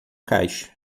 caixa